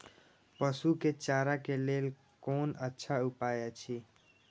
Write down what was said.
पशु के चारा के लेल कोन अच्छा उपाय अछि?